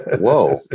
Whoa